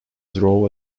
drove